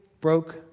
broke